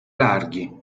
larghi